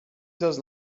does